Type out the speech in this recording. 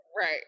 Right